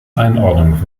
einordnung